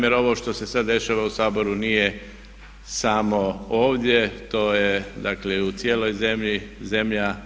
Jer ovo što se sad dešava u Saboru nije samo ovdje, to je dakle i u cijeloj zemlji.